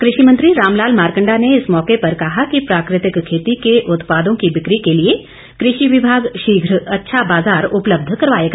कृषि मंत्री राम लाल मारकंडा ने इस मौके पर कहा कि प्राकृतिक खेती के उत्पादों की बिक्री के लिए कृषि विभाग शीघ्र अच्छा बाजार उपलब्ध करवाएगा